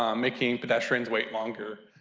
um making pedestrians wait longer.